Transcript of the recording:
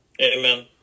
Amen